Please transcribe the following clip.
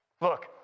Look